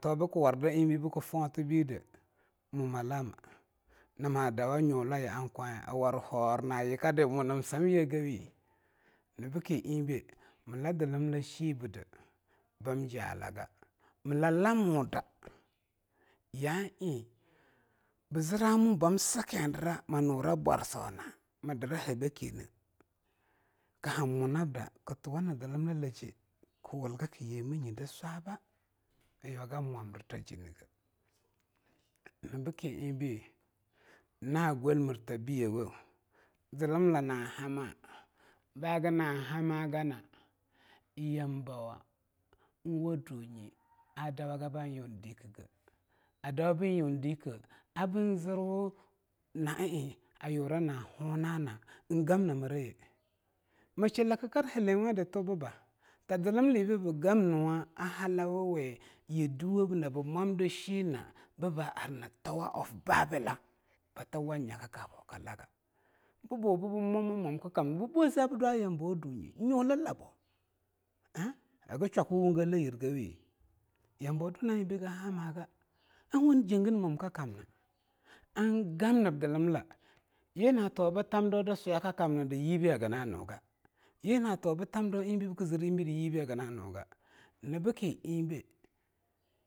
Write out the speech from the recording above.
Tuba bkwar da eingbei bk fonbide mo mlama, nama dawa nyula aya'an kwaneh awarhor na yikkada mo namzamye gawi? nyina bke eingbei mla zlmlla shibde, ba jalaga mla lamoda ya'a eig bzra mubamskindira mnurabwarso na mdra habakine, kahan munabd kbuwa zlmllaje kwulga kyemanye kamdazwaba ayuwagan mwamdirjiege nyina bki eingbei na golmarta bi yawo zmlla na hama'a ba gana hama hagana yambouwa nwadunye adawaga binyudikge. Adaubn yundike a bnzireea na'a eing ayura na honana ngamna mra aye. Mshlakkar helenwada a tubba? ta zlmlibei bgam nuwa a halawawi yib duwe be nabmwamdishina'a bba ar na towa of babila btuwa nnyakkabo klaga bbo bbu mwama mwamkkamna bboe zabdwa yambouwa dunye nnyu llab ah hagshwakowunge igawi? yambou a dwa na'a eingbei haganhamaga ar nwunnijagin mwamkkamna an gomnb zlmla jina tuwa btamdau da seiyakankamnda yibei hagnanyuga, yinatuwa b tamdau eingbei bkzir eingbei de yibei hagnanyuga nyina bke eingbei.